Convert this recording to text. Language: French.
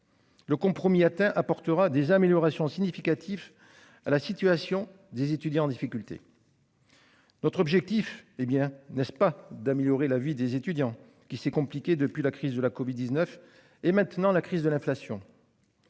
Le compromis atteint apportera des améliorations significatives à la situation des étudiants en difficulté. Notre objectif est bien n'est-ce pas, d'améliorer la vie des étudiants qui s'est compliqué depuis la crise de la Covid 19. Et maintenant la crise de l'inflation.